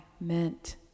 meant